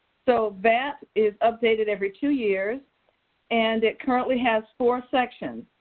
so vat is updated every two years and it currently has four sections.